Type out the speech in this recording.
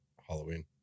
halloween